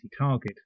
target